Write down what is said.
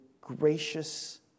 gracious